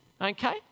okay